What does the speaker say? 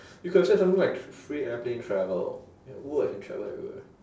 you could have said something like free airplane travel oo I can travel everywhere